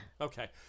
Okay